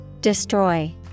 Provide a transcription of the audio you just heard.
Destroy